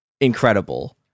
incredible